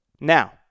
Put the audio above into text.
Now